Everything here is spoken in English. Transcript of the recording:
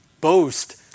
boast